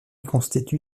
constitue